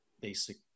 basic